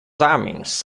homens